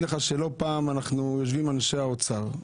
לך שלא פעם אנחנו יושבים עם אנשי האוצר.